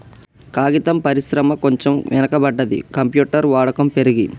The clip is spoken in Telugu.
కాగితం పరిశ్రమ కొంచెం వెనక పడ్డది, కంప్యూటర్ వాడకం పెరిగి